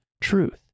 truth